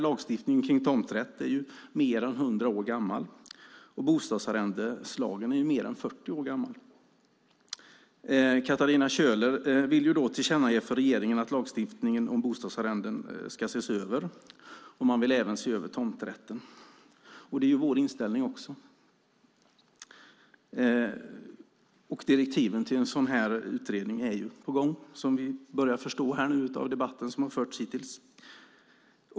Lagstiftningen kring tomträtt är mer än 100 år gammal, och bostadsarrendeslagen är mer än 40 år gammal. Katarina Köhler vill tillkännage för regeringen att lagstiftningen om bostadsarrenden ska ses över. Man vill även se över tomträtten. Det är också vår inställning. Direktiven till en sådan här utredning är på gång, som vi börjar förstå av debatten som har förts hittills.